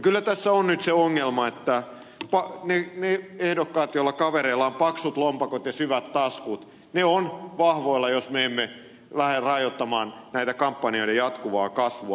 kyllä tässä on nyt se ongelma että ne ehdokkaat joiden kavereilla on paksut lompakot ja syvät taskut ovat vahvoilla jos me emme lähde rajoittamaan näiden kampanjoiden jatkuvaa kasvua